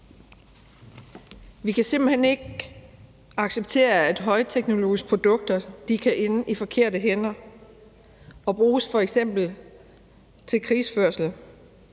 Vi kan simpelt hen ikke acceptere, at højteknologiske produkter kan ende i forkerte hænder og f.eks. bruges til krigsførelse.